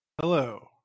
Hello